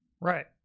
Right